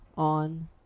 On